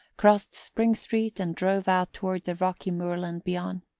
crossed spring street and drove out toward the rocky moorland beyond.